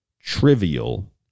trivial